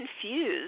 confused